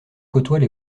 côtoient